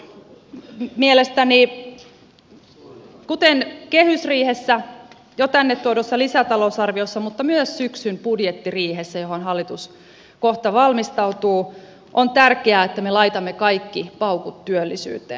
mielestäni kuten kehysriihessä jo tänne tuodussa lisätalousarviossa mutta myös syksyn budjettiriihessä johon hallitus kohta valmistautuu on tärkeää että me laitamme kaikki paukut työllisyyteen